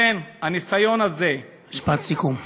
משפט סיכום.